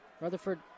Rutherford